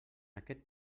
aquest